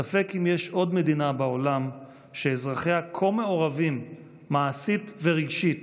ספק אם יש עוד מדינה בעולם שאזרחיה כה מעורבים מעשית ורגשית